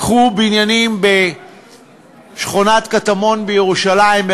קחו בניינים בקטמונים בירושלים,